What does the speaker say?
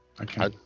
Okay